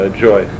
joy